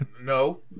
No